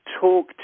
talk